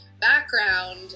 background